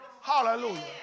Hallelujah